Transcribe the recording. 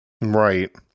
Right